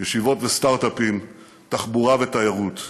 ישיבות וסטארט-אפים, תחבורה ותיירות.